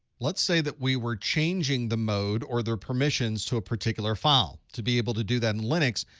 let's say that we were changing the mode or their permissions to a particular file. to be able to do that in linux,